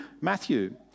Matthew